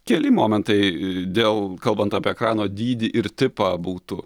keli momentai dėl kalbant apie ekrano dydį ir tipą būtų